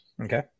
Okay